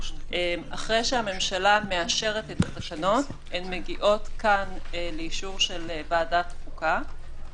אחרי שהממשלה מאשרת את התקנות הן מגיעות כאן לאישור של ועדת החוקה.